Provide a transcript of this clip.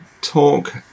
talk